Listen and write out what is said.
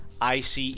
ICE